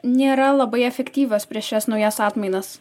nėra labai efektyvios prieš šias naujas atmainas